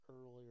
earlier